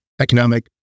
economic